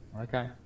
Okay